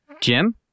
Jim